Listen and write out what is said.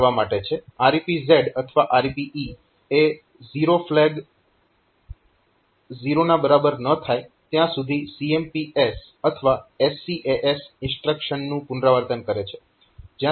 REPZ અથવા REPE એ zero flag 0 ના બરાબર ન થાય ત્યાં સુધી CMPS અથવા SCAS ઇન્સ્ટ્રક્શનનું પુનરાવર્તન કરે છે